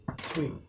Sweet